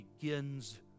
begins